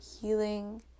healing